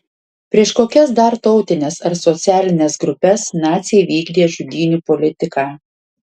prieš kokias dar tautines ar socialines grupes naciai vykdė žudynių politiką